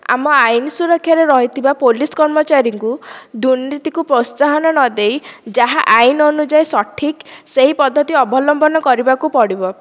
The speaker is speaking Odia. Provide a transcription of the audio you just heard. ଆମ ଆଇନ ସୁରକ୍ଷାରେ ରହିଥିବା ପୋଲିସ କର୍ମଚାରୀଙ୍କୁ ଦୁର୍ନୀତିକୁ ପ୍ରୋତ୍ସାହନ ଦେଇ ଯାହା ଆଇନ ଅନୁଯାୟୀ ସଠିକ ସେହି ପଦ୍ଧତି ଅବଲମ୍ବନ କରିବାକୁ ପଡ଼ିବ